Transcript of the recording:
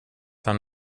han